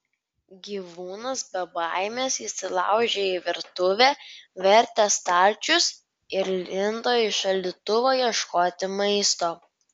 gyvūnas be baimės įsilaužė į virtuvę vertė stalčius ir lindo į šaldytuvą ieškoti maisto